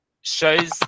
Shows